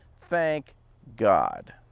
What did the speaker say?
thank god.